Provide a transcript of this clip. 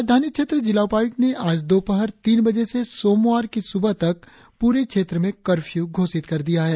राजधानी क्षेत्र जिला उपायुक्त ने आज दोपहर तीन बजे से सोमवार की सुबह तक पूरे क्षेत्र में कर्फ्यू घोषित कर दिया है